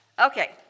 Okay